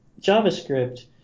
JavaScript